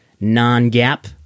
non-gap